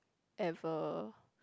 ever